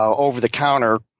ah over-the-counter